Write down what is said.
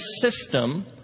system